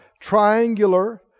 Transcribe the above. triangular